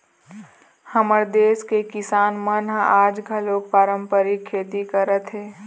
हमर देस के किसान मन ह आज घलोक पारंपरिक खेती करत हे